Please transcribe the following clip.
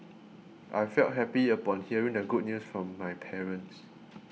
I felt happy upon hearing the good news from my parents